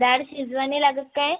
डाळ शिजवावी लागते काय